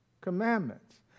Commandments